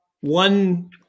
one